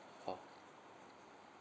oh